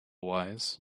wise